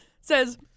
says